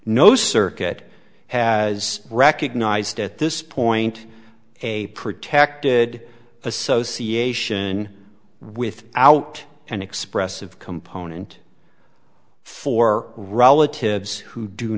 no circuit has recognized at this point a protected association with out an expressive component for relatives who do